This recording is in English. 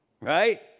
Right